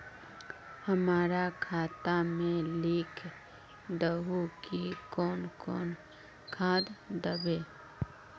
हमरा खाता में लिख दहु की कौन कौन खाद दबे?